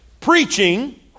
preaching